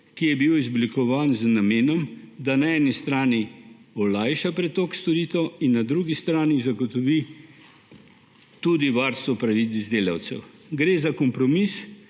ki je bil izoblikovan z namenom, da na eni strani olajša pretok storitev in na drugi strani zagotovi tudi varstvo pravic delavcev. Gre za kompromis